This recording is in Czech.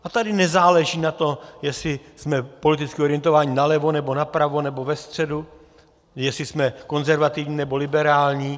A tady nezáleží na tom, jestli jsme politicky orientovaní nalevo nebo napravo nebo ve středu, jestli jsme konzervativní nebo liberální.